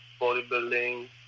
bodybuilding